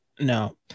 no